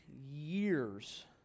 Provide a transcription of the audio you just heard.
years